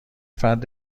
فرد